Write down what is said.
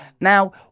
Now